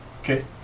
Okay